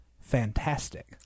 fantastic